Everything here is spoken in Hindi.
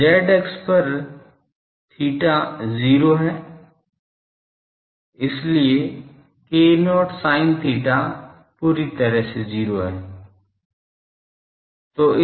अब z अक्ष पर theta 0 है इसलिए k0 sin theta पूरी तरह से 0 है